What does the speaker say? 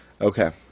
Okay